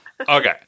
Okay